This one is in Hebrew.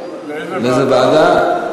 לאיזו ועדה?